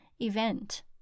event